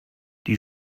die